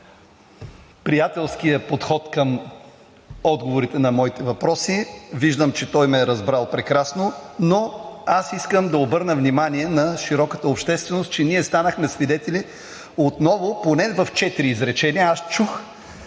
приятелския подход към отговорите на моите въпроси. Виждам, че той ме е разбрал прекрасно. Но аз искам да обърна внимание на широката общественост, че ние станахме свидетели отново – поне в четири изречения аз чух